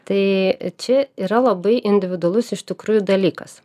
tai čia yra labai individualus iš tikrųjų dalykas